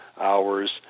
hours